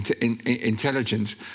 intelligence